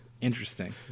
Interesting